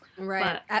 Right